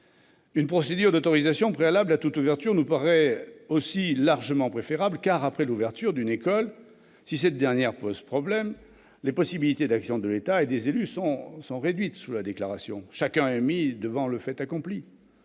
Une procédure d'autorisation préalable à toute ouverture nous paraît aussi largement préférable, car, après l'ouverture d'une école, si cette dernière pose problème, les possibilités d'action de l'État et des élus sont réduites avec le système de la déclaration : chacun est mis devant le fait accompli